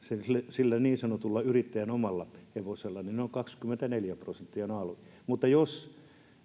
sillä niin sanotulla yrittäjän omalla hevosella niin alvi on kaksikymmentäneljä prosenttia mutta jos